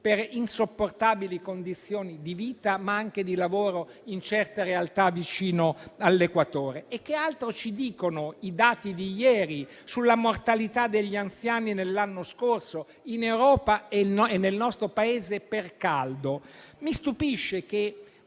per insopportabili condizioni di vita, ma anche di lavoro in certe realtà vicino all'equatore? Che altro ci dicono i dati di ieri sulla mortalità degli anziani l'anno scorso in Europa e nel nostro Paese per il caldo? Mi stupisce - e